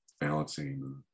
balancing